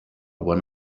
one